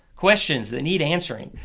questions that need answering.